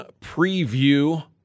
Preview